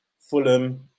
Fulham